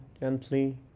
gently